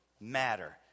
matter